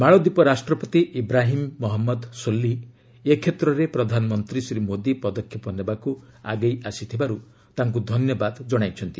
ମାଳଦୀପ ରାଷ୍ଟ୍ରପତି ଇବ୍ରାହିମ୍ ମହମ୍ମଦ ସୋଲି ଏ କ୍ଷେତ୍ରରେ ପ୍ରଧାନମନ୍ତ୍ରୀ ଶ୍ରୀ ମୋଦୀ ପଦକ୍ଷେପ ନେବାକୁ ଆଗେଇ ଆସିଥିବାରୁ ତାଙ୍କୁ ଧନ୍ୟବାଦ ଜଣାଇଛନ୍ତି